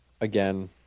again